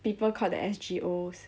people called the S_G_O